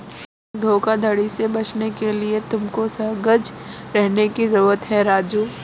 बंधक धोखाधड़ी से बचने के लिए तुमको सजग रहने की जरूरत है राजु